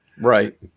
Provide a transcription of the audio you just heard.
Right